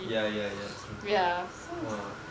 ya ya ya true !wah!